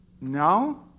No